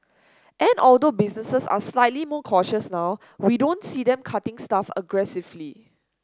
and although businesses are slightly more cautious now we don't see them cutting staff aggressively